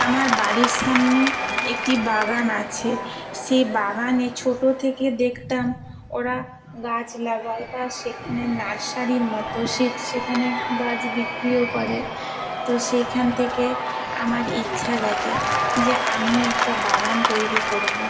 আমার বাড়ির সামনে একটি বাগান আছে সেই বাগানে ছোটো থেকে দেখতাম ওরা গাছ লাগায় বা সেখানে নার্সারির মতো সেট সেখানে গাছ বিক্রিও করে তো সেখান থেকে আমার ইচ্ছা জাগে যে আমিও একটা বাগান তৈরি করবো